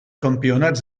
campionats